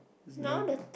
it's no good